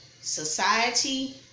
society